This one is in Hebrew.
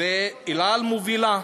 ו"אל על" מובילה.